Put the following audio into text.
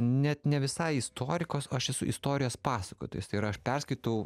net ne visai istorikas aš esu istorijos pasakotojas tai yra aš perskaitau